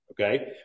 Okay